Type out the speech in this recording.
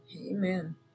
Amen